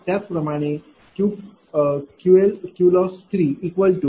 त्याच प्रमाणे QLoss3x3P24Q24। V4।20